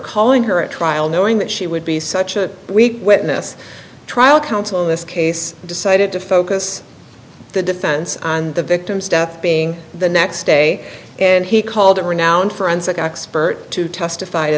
calling her a trial knowing that she would be such a weak witness trial counsel in this case decided to focus the defense on the victim's death being the next day and he called a renowned forensic expert to testify to